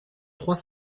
trois